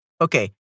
Okay